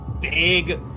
Big